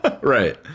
right